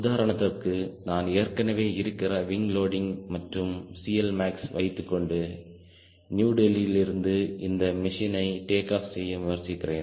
உதாரணத்திற்கு நான் ஏற்கனவே இருக்கிற விங் லோடிங் மற்றும் CLmax வைத்துக்கொண்டு நியூ டெல்லியிலிருந்து இந்த மெஷினை டேக் ஆப் செய்ய முயற்சிக்கிறேன்